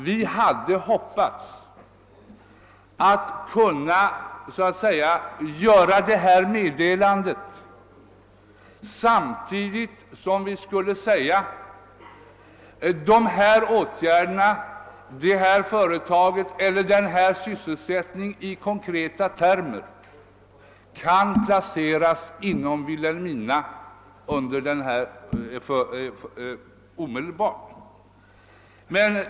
Vi hade hoppats att samtidigt med att vilämnade detta meddelande kunna uppge vilket företag och vilken sysselsättning i konkreta termer som omedelbart skulle kunna placeras inom Vilhelmina.